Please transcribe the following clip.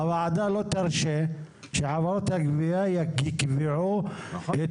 הוועדה לא תרשה שחברות הגבייה יקבעו את